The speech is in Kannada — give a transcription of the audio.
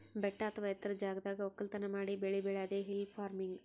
ಬೆಟ್ಟ ಅಥವಾ ಎತ್ತರದ್ ಜಾಗದಾಗ್ ವಕ್ಕಲತನ್ ಮಾಡಿ ಬೆಳಿ ಬೆಳ್ಯಾದೆ ಹಿಲ್ ಫಾರ್ಮಿನ್ಗ್